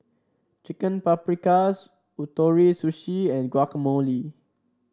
Chicken Paprikas Ootoro Sushi and Guacamole